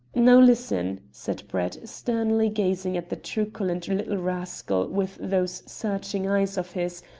now listen, said brett, sternly gazing at the truculent little rascal with those searching eyes of his,